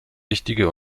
wichtige